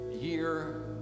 year